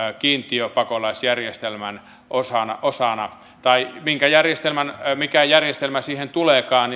kiintiöpakolaisjärjestelmän osana osana tai mikä järjestelmä siihen tuleekaan